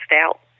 out